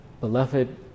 beloved